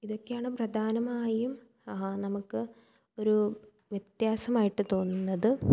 ഇതക്കെയാണ് പ്രധാനമായും നമുക്ക് ഒരു വ്യത്യാസമായിട്ട് തോന്നുന്നത്